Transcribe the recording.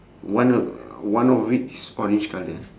one of one of it is orange colour